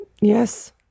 Yes